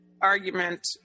argument